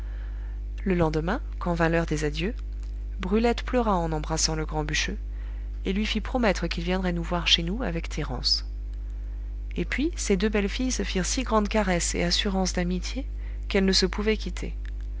le lendemain quand vint l'heure des adieux brulette pleura en embrassant le grand bûcheux et lui fit promettre qu'il viendrait nous voir chez nous avec thérence et puis ces deux belles filles se firent si grandes caresses et assurances d'amitié qu'elles ne se pouvaient quitter